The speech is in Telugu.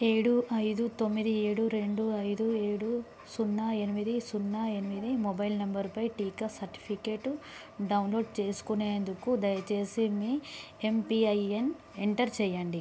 ఏడు ఐదు తొమ్మిది ఏడు రెండు ఐదు ఏడు సున్నా ఎనిమిది సున్నా ఎనిమిది మొబైల్ నంబరుపై టీకా సర్టిఫికేట్ డౌన్లోడ్ చేసుకునేందుకు దయచేసి మీ ఎమ్పిఐన్ ఎంటర్ చెయ్యండి